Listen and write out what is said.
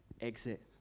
exit